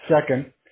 Second